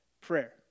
prayer